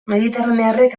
mediterranearrek